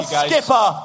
skipper